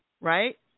right